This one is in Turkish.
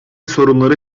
sorunları